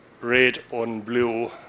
red-on-blue